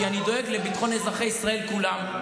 כי אני דואג לביטחון אזרחי ישראל כולם.